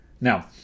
now